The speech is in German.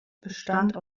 bestand